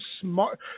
smart